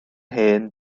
hen